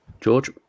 George